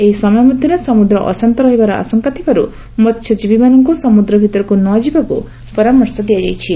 ଏହି ସମୟ ମଧ୍ଧରେ ସମୁଦ୍ର ଅଶାନ୍ତ ରହିବାର ଆଶଙ୍କା ଥିବାରୁ ମହ୍ୟଜୀବୀମାନଙ୍କୁ ସମୁଦ୍ର ଭିତରକୁ ନ ଯିବାକୁ ପରାମର୍ଶ ଦିଆଯାଇଛି